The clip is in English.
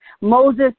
Moses